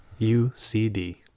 UCD